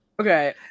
Okay